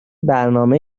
برنامه